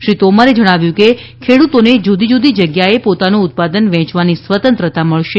શ્રી તોમરે જણાવ્યું હતું કે ખેડૂતોને જુદી જુદી જગ્યાએ પોતાનું ઉત્પાદન વેચવાની સ્વતંત્રતા મળશે